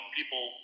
people